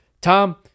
Tom